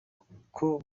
kuko